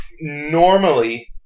normally